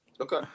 okay